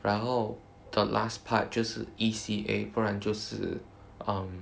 然后 the last part 就是 E_C_A 不然就是